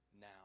now